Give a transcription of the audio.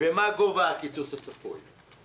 ומה גובה הקיצוץ הצפוי?